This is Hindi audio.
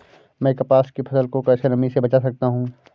मैं कपास की फसल को कैसे नमी से बचा सकता हूँ?